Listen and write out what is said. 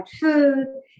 food